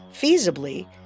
Feasibly